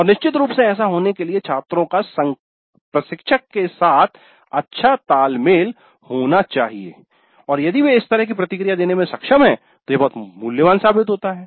और निश्चित रूप से ऐसा होने के लिए छात्रों का प्रशिक्षक के साथ अच्छा तालमेल होना चाहिए और यदि वे इस तरह की प्रतिक्रिया देने में सक्षम हैं तो यह बहुत मूल्यवान साबित होता है